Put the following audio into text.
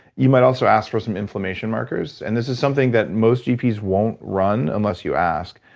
you might also ask for some inflammation markers and this is something that most gps won't run unless you ask,